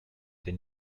der